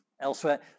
Elsewhere